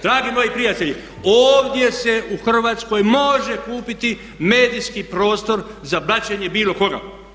Dragi moji prijatelji ovdje se u Hrvatskoj može kupiti medijski prostor za blaćenje bilo koga.